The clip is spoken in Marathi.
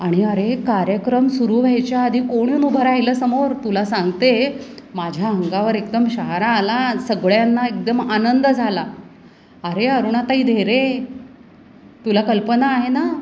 आणि अरे कार्यक्रम सुरू व्हायच्या आधी कोण येऊन उभं राहिलं समोर तुला सांगते माझ्या अंगावर एकदम शहारा आला सगळ्यांना एकदम आनंद झाला अरे अरुणाताई ढेरे तुला कल्पना आहे ना